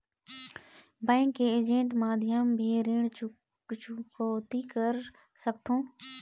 Bank के agent माध्यम भी ऋण चुकौती कर सकथों?